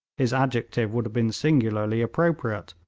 his adjective would have been singularly appropriate,